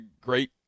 great